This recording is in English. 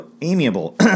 amiable